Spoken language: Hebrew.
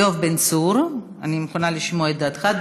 יואב בן צור, אני מוכנה לשמוע את דעתך.